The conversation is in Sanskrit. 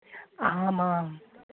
आमाम्